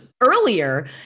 earlier